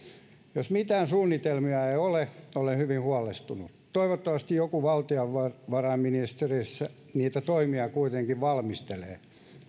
jos mitään suunnitelmia ei ole olen hyvin huolestunut toivottavasti joku valtiovarainministeriössä niitä toimia kuitenkin valmistelee